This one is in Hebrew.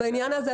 בעניין הזה,